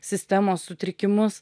sistemos sutrikimus